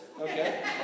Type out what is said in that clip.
okay